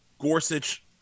Gorsuch